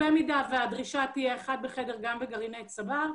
אם הדרישה תהיה אחד בחדר גם בגרעיני צבר,